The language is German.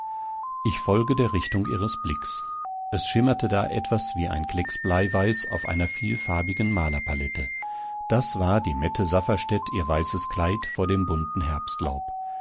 ich folgte der richtung ihres blicks es schimmerte da etwas wie ein klecks bleiweiß auf einer vielfarbigen malerpalette das war der mette safferstätt ihr weißes kleid vor dem bunten herbstlaub